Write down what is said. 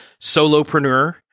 solopreneur